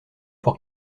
pour